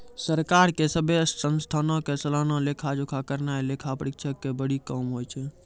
सरकार के सभ्भे संस्थानो के सलाना लेखा जोखा करनाय लेखा परीक्षक के बड़ो काम होय छै